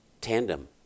tandem